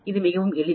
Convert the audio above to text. இது மிகவும் எளிது